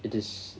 it is